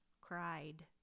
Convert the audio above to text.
Cried